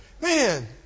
man